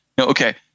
okay